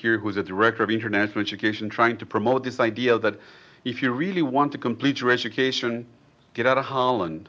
here who's a director of international occasion trying to promote this idea that if you really want to complete your education get out of holland